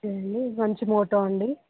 okay అండి మంచి motto అండి